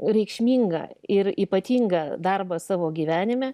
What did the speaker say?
reikšmingą ir ypatingą darbą savo gyvenime